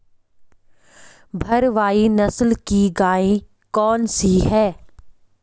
भारवाही नस्ल की गायें कौन सी हैं?